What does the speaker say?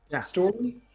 story